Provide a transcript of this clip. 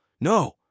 No